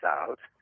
out